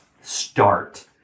start